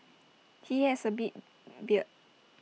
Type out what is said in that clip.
he has A big beard